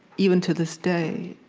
even to this day.